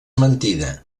mentida